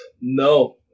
No